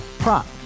Prop